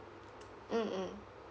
mm mm